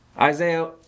Isaiah